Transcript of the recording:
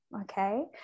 okay